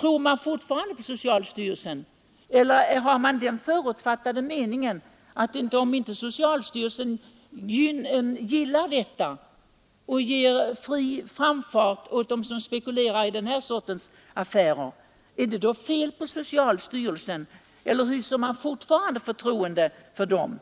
tror de då fortfarande på styrelsen? Eller har man den förutfattade meningen att om inte socialstyrelsen gillar dessa medel och ger fri framfart åt dem som spekulerar i sådana här affärer, är det då fel på socialstyrelsen? Eller hyser man fortfarande förtroende för denna?